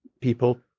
people